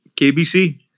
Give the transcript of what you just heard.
KBC